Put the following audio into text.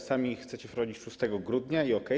Sami chcecie wprowadzić 6 grudnia i okej.